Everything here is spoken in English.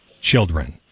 children